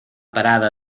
parada